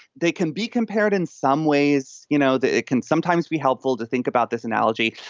they can be compared in some ways. you know that it can sometimes be helpful to think about this analogy.